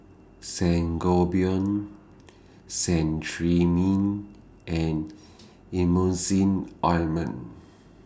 Sangobion Cetrimide and Emulsying Ointment